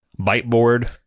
byteboard